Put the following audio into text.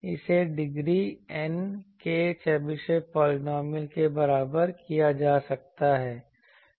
इसे degree N के Chebyshev polynomial के बराबर किया जा सकता है